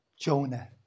Jonah